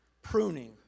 pruning